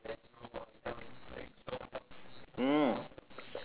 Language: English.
oh